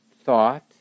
thought